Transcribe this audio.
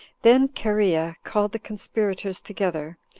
then cherea called the conspirators together,